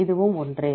இதுவும் ஒன்றே